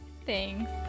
Thanks